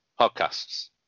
Podcasts